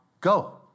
go